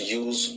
use